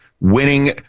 winning